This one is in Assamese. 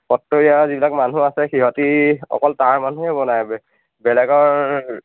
সত্ৰৰীয়া যিবিলাক মানুহ আছে সিহঁতি অকল তাৰ মানুহেই বনায় বেলেগৰ